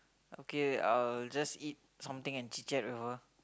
okay I'll just eat something and chit chat with her